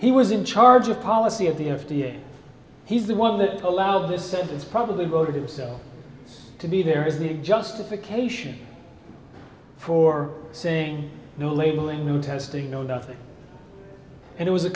he was in charge of policy at the f d a he's the one that allows that sentence probably voted itself to be there is a big justification for saying no labeling new testing no nothing and it was a